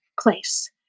place